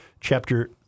Chapter